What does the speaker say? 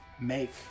make